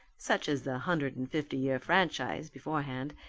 such as the hundred-and-fifty-year franchise, beforehand.